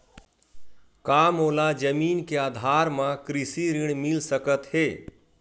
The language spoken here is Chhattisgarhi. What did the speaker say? का मोला मोर जमीन के आधार म कृषि ऋण मिल सकत हे?